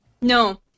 No